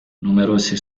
numerosi